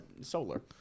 solar